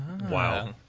Wow